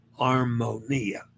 Armonia